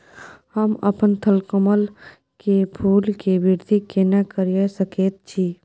हम अपन थलकमल के फूल के वृद्धि केना करिये सकेत छी?